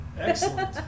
Excellent